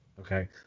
Okay